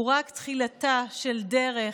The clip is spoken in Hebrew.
הוא רק תחילתה של דרך